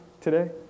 today